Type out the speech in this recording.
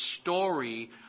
story